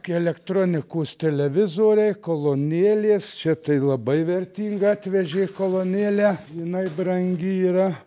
kai elektronikos televizoriai kolonėlės čia tai labai vertingą atvežė kolonėlę jinai brangi yra